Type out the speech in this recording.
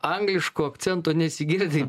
angliško akcento nesigirdi